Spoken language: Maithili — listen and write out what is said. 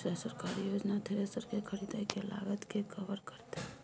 केना सरकारी योजना थ्रेसर के खरीदय के लागत के कवर करतय?